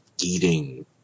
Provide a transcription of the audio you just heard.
eating